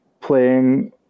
playing